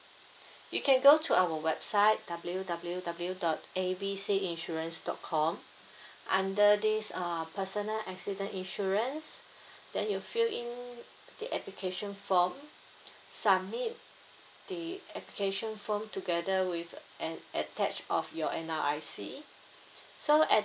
you can go to our website W W W dot A B C insurance dot com under these err personal accident insurance then you fill in the application form submit the application form together with an attach of your N_R_I_C so at